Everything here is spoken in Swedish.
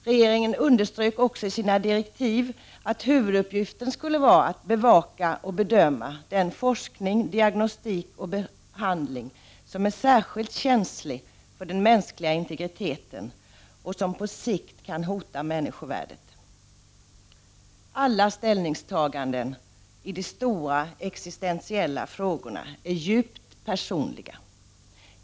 Regeringen underströk också i direktiven att huvuduppgiften skulle vara att bevaka och bedöma den forskning, diagnostik och behandling som är särskilt känslig för den mänskliga integriteten och som på sikt kan hota människovärdet. Alla ställningstaganden i de stora existentiella frågorna är djupt personliga.